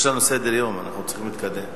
יש לנו סדר-יום, אנחנו צריכים להתקדם.